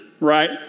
right